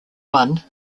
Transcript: one